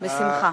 בשמחה.